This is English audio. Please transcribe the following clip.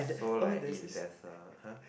so like if there's a !huh!